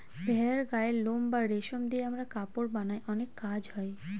ভেড়ার গায়ের লোম বা রেশম দিয়ে আমরা কাপড় বানায় অনেক কাজ হয়